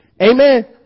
amen